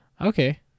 Okay